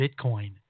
Bitcoin